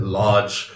large